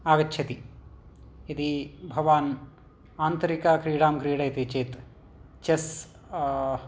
आगच्छति यदि भवान् आन्तरिकक्रीडां क्रीडयति चेत् चेस्